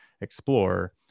explore